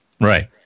Right